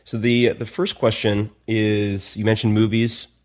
so the the first question is, you mentioned movies,